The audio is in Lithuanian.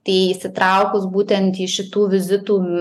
tai įsitraukus būtent į šitų vizitų